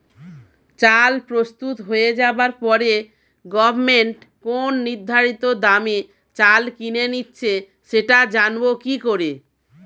চাল প্রস্তুত হয়ে যাবার পরে গভমেন্ট কোন নির্ধারিত দামে চাল কিনে নিচ্ছে সেটা জানবো কি করে?